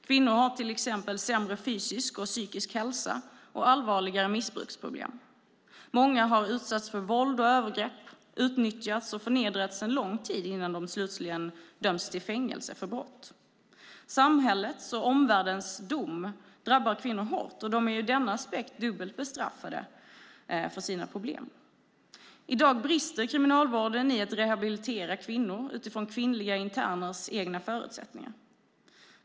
Kvinnor har till exempel sämre fysisk och psykisk hälsa och allvarligare missbruksproblem. Många har utsatts för våld och övergrepp, utnyttjats och förnedrats en lång tid innan de slutligen döms till fängelse för brott. Samhällets och omvärldens dom drabbar kvinnor hårt, och de är ur denna aspekt dubbelt bestraffade för sina problem. I dag brister kriminalvården i att rehabilitera kvinnor utifrån kvinnliga interners egna förutsättningar.